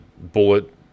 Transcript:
bullet